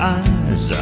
eyes